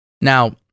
Now